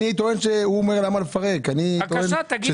הוא שואל למה לפרק ואני טוען